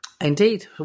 Indeed